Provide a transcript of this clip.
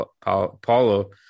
Paulo